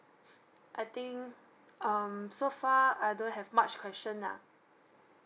I think um so far I don't have much question ah